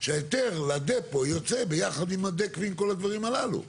שההיתר לדפו יוצא ביחד עם הדק ועם כל הדברים הללו.